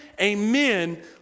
amen